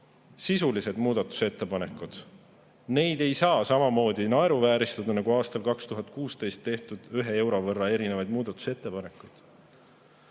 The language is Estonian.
sisulised muudatusettepanekud. Neid ei saa samamoodi naeruvääristada nagu aastal 2016 tehtud 1 euro võrra erinenud muudatusettepanekuid.